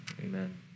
Amen